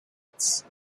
beats